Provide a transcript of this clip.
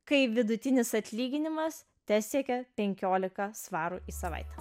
kai vidutinis atlyginimas tesiekia penkiolika svarų į savaitę